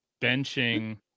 benching